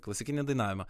klasikinį dainavimą